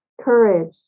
courage